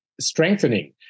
strengthening